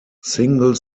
single